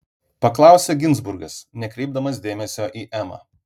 paklausė ginzburgas nekreipdamas dėmesio į emą